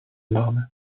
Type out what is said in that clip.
marne